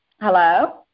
Hello